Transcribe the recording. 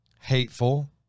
hateful